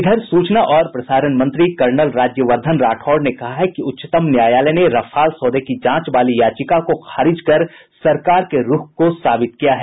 इधर सूचना और प्रसारण मंत्री कर्नल राज्यवर्धन राठौड़ ने कहा है कि उच्चतम न्यायालय ने रफाल सौदे की जांच वाली याचिका को खारिज कर सरकार के रूख को साबित किया है